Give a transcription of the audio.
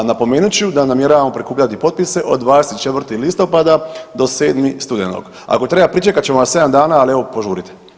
A napomenut ću da namjeravamo prikupljati potpise od 24. listopada do 7. studenog, ako treba pričekat ćemo vas 7 dana, ali evo požurite.